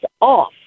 off